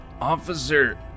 Officer